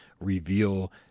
reveal